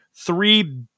three